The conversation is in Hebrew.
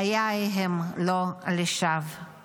חיי הם לא לשווא.